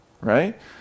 right